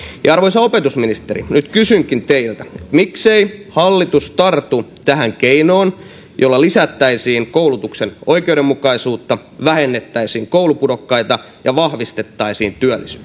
arvoisa opetusministeri nyt kysynkin teiltä miksei hallitus tartu tähän keinoon jolla lisättäisiin koulutuksen oikeudenmukaisuutta vähennettäisiin koulupudokkaita ja vahvistettaisiin työllisyyttä